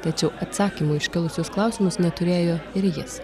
tačiau atsakymo į iškilusius klausimus neturėjo ir jis